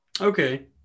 Okay